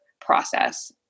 process